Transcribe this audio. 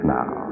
now